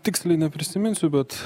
tiksliai neprisiminsiu bet